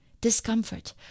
Discomfort